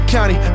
County